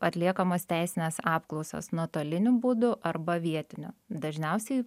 atliekamos teisinės apklausos nuotoliniu būdu arba vietiniu dažniausiai